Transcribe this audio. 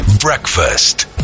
breakfast